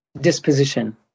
disposition